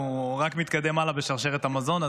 הוא רק מתקדם הלאה בשרשרת המזון.